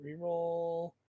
reroll